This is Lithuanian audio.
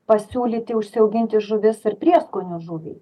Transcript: pasiūlyti užsiauginti žuvis ir prieskonių žuviai